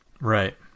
Right